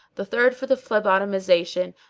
the third for the phlebotomisation,